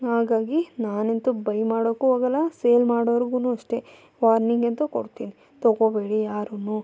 ಹಾಗಾಗಿ ನಾನಂತೂ ಬೈ ಮಾಡೋಕ್ಕೂ ಹೋಗಲ್ಲ ಸೇಲ್ ಮಾಡೋರಿಗೂ ಅಷ್ಟೆ ವಾರ್ನಿಂಗಂತೂ ಕೊಡ್ತೀನಿ ತಗೊಳ್ಬೇಡಿ ಯಾರೂ